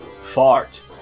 Fart